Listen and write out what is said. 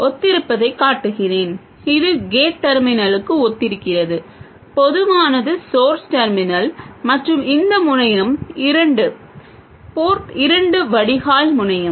ஒத்திருப்பதைக் காட்டுகிறேன் இது கேட் டெர்மினலுக்கு ஒத்திருக்கிறது பொதுவானது ஸோர்ஸ் டெர்மினல் மற்றும் இந்த முனையம் இரண்டு போர்ட் இரண்டு வடிகால் முனையம்